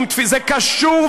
מה זה קשור?